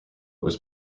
was